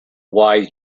wise